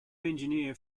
engineer